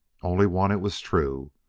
only one, it was true,